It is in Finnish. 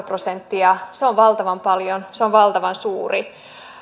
prosenttia on valtavan paljon se on valtavan suuri leikkaus